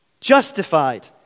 Justified